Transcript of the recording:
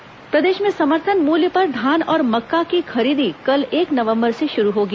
धान खरीदी प्रदेश में समर्थन मूल्य पर धान और मक्का की खरीदी कल एक नवंबर से शुरू होगी